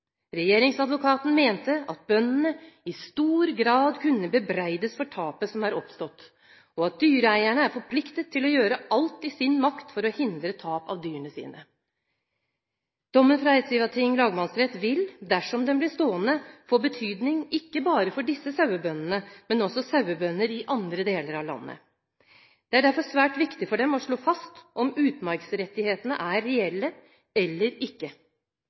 Regjeringsadvokaten mente at bøndene i stor grad kunne bebreides for tapet som hadde oppstått, og at dyreeiere er forpliktet til å gjøre alt i deres makt for å hindre tap av dyr. Dommen fra Eidsivating lagmannsrett vil, dersom den blir stående, få betydning ikke bare for disse sauebøndene, men også for sauebønder i andre deler av landet. Det er derfor svært viktig for dem å slå fast om utmarksrettighetene er reelle eller ikke.